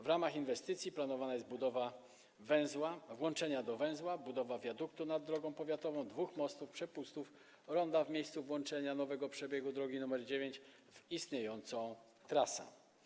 W ramach inwestycji planowana jest budowa włączenia do węzła, budowa wiaduktu nad drogą powiatową, dwóch mostów, przepustów, ronda w miejscu włączenia nowego przebiegu drogi nr 9 w istniejącą trasę.